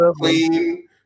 clean